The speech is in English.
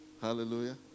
Hallelujah